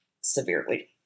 severely